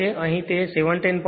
તેથી અહીં તે 17